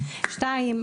שניים,